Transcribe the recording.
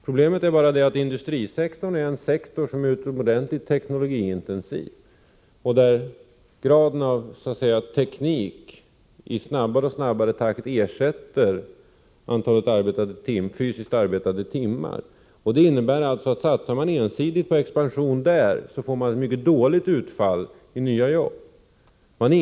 Problemet är bara det att industrisektorn är en sektor som är teknologiintensiv och att graden av teknik i snabbare och snabbare takt ersätter antalet fysiskt arbetade timmar. Det innebär alltså att satsar man ensidigt på expansion av denna sektor får man mycket dåligt utfall i nya jobb.